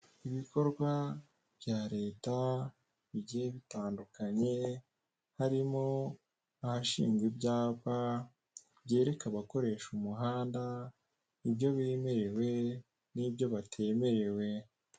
Ibikorwa bya leta bigiye bitandukanye, harimo abashingwa ibyapa byereka abakoresha umuhanda ibyo bemerewe n'ibyo batemerewe.